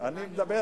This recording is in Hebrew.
אני מדבר